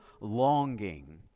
longing